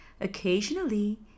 Occasionally